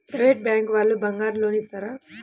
Private bank వాళ్ళు బంగారం loan ఇస్తారా?